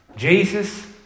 Jesus